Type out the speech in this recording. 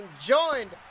joined